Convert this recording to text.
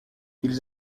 ils